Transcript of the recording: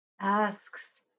asks